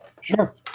sure